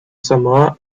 samoa